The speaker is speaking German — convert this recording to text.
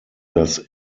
das